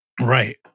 Right